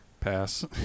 pass